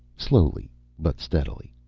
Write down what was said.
slowly but steadily.